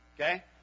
Okay